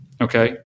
okay